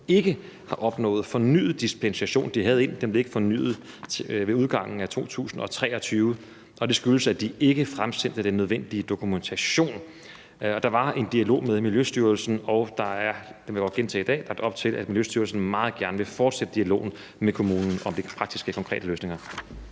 ikke har opnået fornyet dispensation. De havde en, som ikke blev fornyet ved udgangen af 2023, og det skyldes, at de ikke fremsendte den nødvendige dokumentation. Der var en dialog med Miljøstyrelsen, og der er, vil jeg også gentage i dag, lagt op til, at Miljøstyrelsen meget gerne vil fortsætte dialogen med kommunen om de konkrete praktiske løsninger.